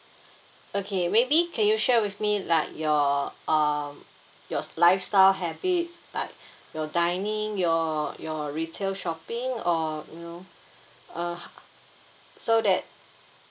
okay maybe can you share with me like your uh your lifestyle habits like your dining your your retail shopping or you know uh so that